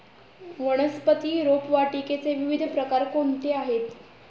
वनस्पती रोपवाटिकेचे विविध प्रकार कोणते आहेत?